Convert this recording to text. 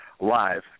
live